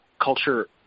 culture